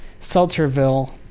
Seltzerville